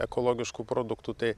ekologiškų produktų tai